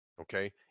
Okay